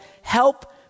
help